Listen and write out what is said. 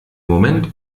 moment